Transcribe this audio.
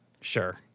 Sure